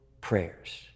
prayers